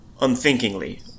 unthinkingly